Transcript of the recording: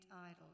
idols